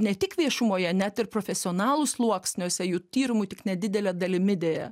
ne tik viešumoje net ir profesionalų sluoksniuose jų tyrimu tik nedidele dalimi deja